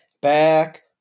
back